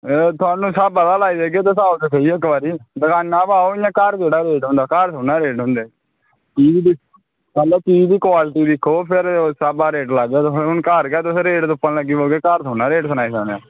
ते थाह्नूं स्हाबै दा गै लाह्गे तुस आओ ते सेही इक्क बारी दुकानां पर आओ इंया घर थोह्ड़े रेट होंदे पैह्लें चीज़ दी क्वालिटी दिक्खो उस स्हाब दा रेट लाह्गा हून घर गै तुस रेट तुप्पन लग्गे ते घर थोह्ड़े ना रेट सनाई सकना